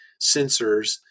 sensors